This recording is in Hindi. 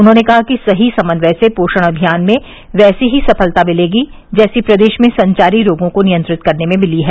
उन्होंने कहा कि सही समन्वय से पोषण अभियान में वैसी ही सफलता मिलेगी जैसी प्रदेश में संचारी रोगों को नियंत्रित करने में मिली है